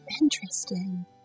Interesting